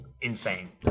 insane